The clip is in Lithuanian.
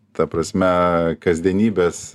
ta prasme kasdienybės